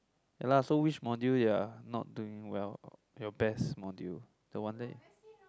ya lah so which module you are not doing well your best module the one there